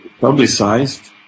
publicized